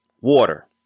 Water